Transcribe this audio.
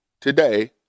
today